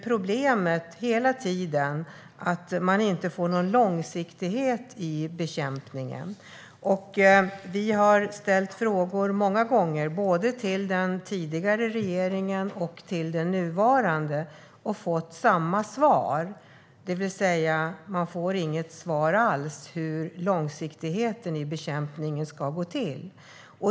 Problemet är hela tiden att man inte får någon långsiktighet i bekämpningen. Vi har ställt frågor många gånger, både till den tidigare regeringen och till den nuvarande, och fått samma svar - det vill säga inget svar alls på hur man ska få långsiktighet i bekämpningen.